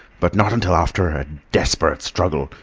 but not until after a desperate struggle,